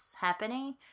happening